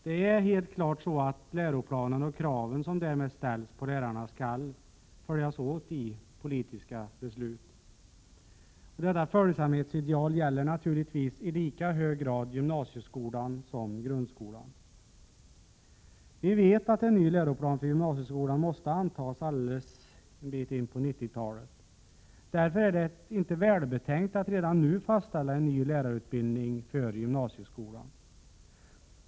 Det är helt klart så att läroplanen och kraven som därmed ställs på lärarna skall följas åt i politiska beslut. Detta följsamhetsideal gäller naturligtvis i lika hög grad gymnasieskolan som grundskolan. Vi vet att en ny läroplan för gymnasieskolan måste antas en bit in på 1990-talet. Därför är det inte välbetänkt att redan nu fastställa en ny lärarutbildning för gymnasieskolan.